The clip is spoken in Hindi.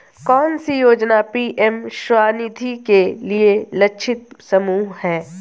कौन सी योजना पी.एम स्वानिधि के लिए लक्षित समूह है?